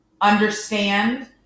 understand